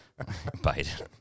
Biden